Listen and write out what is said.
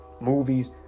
movies